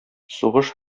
сугыш